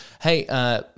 Hey